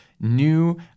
new